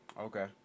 Okay